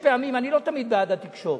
אני לא תמיד בעד התקשורת,